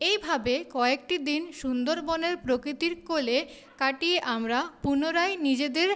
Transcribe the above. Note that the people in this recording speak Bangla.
এইভাবে কয়েকটি দিন সুন্দরবনের প্রকৃতির কোলে কাটিয়ে আমরা পুনরায় নিজেদের